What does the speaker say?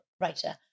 writer